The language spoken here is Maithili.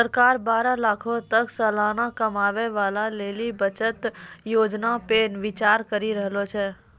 सरकार बारह लाखो तक के सलाना कमाबै बाला लेली बचत योजना पे विचार करि रहलो छै